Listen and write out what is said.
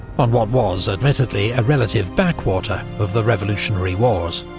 on what was, admittedly, a relative backwater of the revolutionary wars.